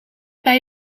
bij